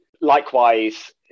Likewise